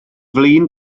flin